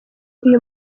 uyu